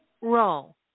role